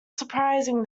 surprising